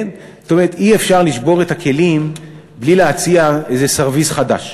אי-אפשר לשבור את הכלים בלי להציע סרוויס חדש,